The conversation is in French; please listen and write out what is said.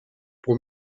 pour